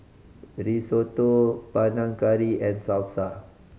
Risotto Panang Curry and Salsa